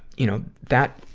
you know, that,